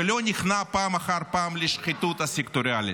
ולא נכנע פעם אחר פעם לשחיתות הסקטוריאלית,